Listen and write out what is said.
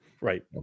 Right